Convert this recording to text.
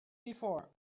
before